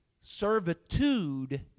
servitude